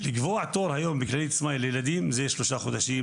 לקבוע תור היום בכללית סמייל לילדים זה שלושה חודשים,